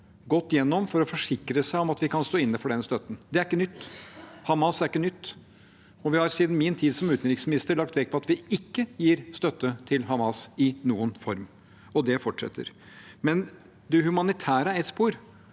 gått gjennom den for å forsikre seg om at vi kan stå inne for den støtten. Det er ikke nytt. Hamas er ikke nytt, og vi har siden min tid som utenriksminister lagt vekt på at vi ikke gir støtte til Hamas i noen form. Det fortsetter. Men det humanitære er ett spor.